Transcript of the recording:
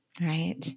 right